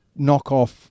knockoff